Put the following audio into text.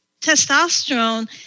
testosterone